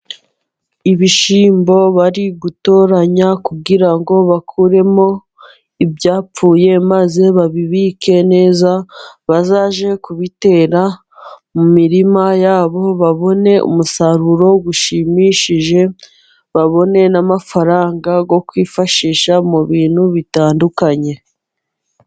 Ibishyimbo bari gutoranya kugira ngo bakuremo ibyapfuye, maze babibike neza, bazajye kubitera mu mirima yabo, babone umusaruro ushimishije, babone n'amafaranga yo kwifashisha mu bintu bitandukanye.